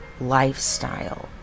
lifestyle